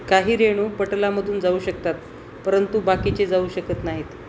काही रेणू पटलामधून जाऊ शकतात परंतु बाकीचे जाऊ शकत नाहीत